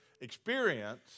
experience